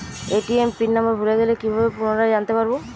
ATM PIN number ভুলে গেলে কি ভাবে পুনরায় জানতে পারবো?